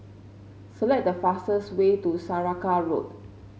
select the fastest way to Saraca Road